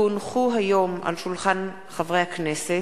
כי הונחו היום על שולחן הכנסת,